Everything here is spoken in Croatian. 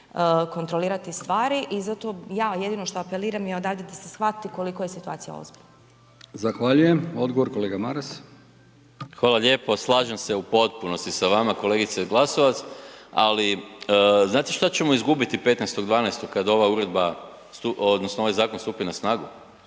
kontrolirati stvari i zato ja jedino što apeliram je odavde da se shvati koliko je situacija ozbiljna. **Brkić, Milijan (HDZ)** Zahvaljujem, odgovor, kolega Maras. **Maras, Gordan (SDP)** Hvala lijepo. Slažem se u potpunosti sa vama, kolegice Glasovac, ali znate šta ćemo izgubiti 15. 12. kada ova uredba odnosno ovaj zakon stupi na snagu?